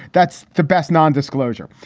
that's the best nondisclosure.